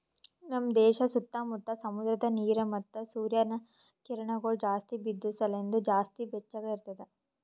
ನಮ್ ದೇಶ ಸುತ್ತಾ ಮುತ್ತಾ ಸಮುದ್ರದ ನೀರ ಮತ್ತ ಸೂರ್ಯನ ಕಿರಣಗೊಳ್ ಜಾಸ್ತಿ ಬಿದ್ದು ಸಲೆಂದ್ ಜಾಸ್ತಿ ಬೆಚ್ಚಗ ಇರ್ತದ